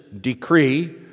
decree